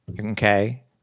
okay